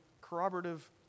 corroborative